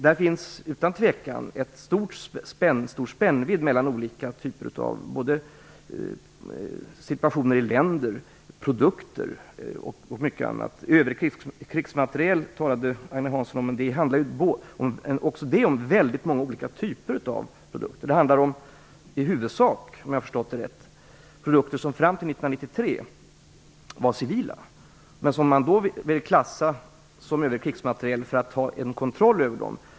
Där finns utan tvekan en stor spännvidd mellan olika typer av situationer i olika länder och olika typer av produkter. "Övrig krigsmateriel" talade Agne Hansson om. Men det handlar också det om väldigt många olika typer av produkter. Det handlar i huvudsak om, om jag förstått det rätt, produkter som fram till 1993 var civila men som man då ville klassa som övrig krigsmateriel för att ha kontroll över den.